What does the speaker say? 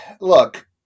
look